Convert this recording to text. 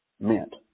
meant